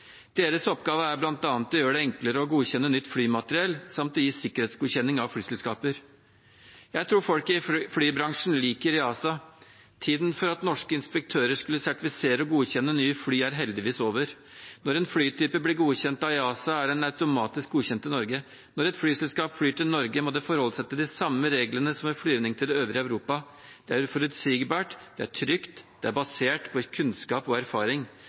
Deres oppgave er bl.a. å gjøre det enklere å godkjenne nytt flymateriell samt å gi sikkerhetsgodkjenning av flyselskaper. Jeg tror folk i flybransjen liker EASA. Tiden for at norske inspektører skulle sertifisere og godkjenne nye fly, er heldigvis over. Når en flytype blir godkjent av EASA, er den automatisk godkjent i Norge. Når et flyselskap flyr til Norge, må det forholde seg til de samme reglene som en flyvning til det øvrige Europa. Det er forutsigbart, det er trygt, det er basert på kunnskap og erfaring.